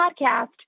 podcast